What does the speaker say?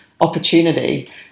opportunity